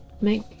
make